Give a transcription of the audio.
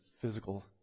physical